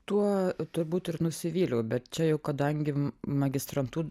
tuo turbūt ir nusivyliau bet čia jau kadangi magistrantūros